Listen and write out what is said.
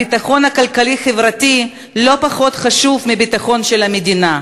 הביטחון הכלכלי-חברתי לא פחות חשוב מביטחון המדינה.